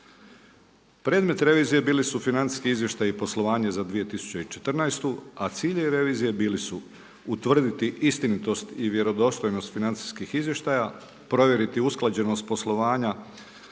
Predmet revizije bili su financijski izvještaji i poslovanje za 2014., a ciljevi revizije bili su utvrditi istinitost i vjerodostojnost financijskih izvještaja, provjeriti usklađenost poslovanja